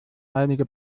einige